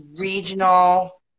regional